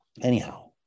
Anyhow